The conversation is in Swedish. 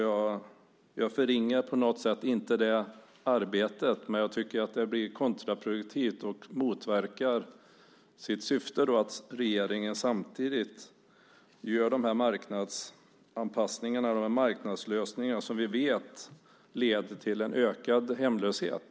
Jag förringar inte på något sätt det arbetet, men jag tycker att det blir kontraproduktivt och motverkar sitt syfte om regeringen samtidigt gör de här marknadsanpassningarna och marknadslösningarna, som vi vet leder till en ökad hemlöshet.